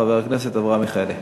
חבר הכנסת אברהם מיכאלי.